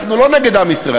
אנחנו לא נגד עם ישראל,